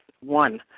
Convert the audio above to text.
one